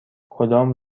کدام